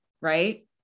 right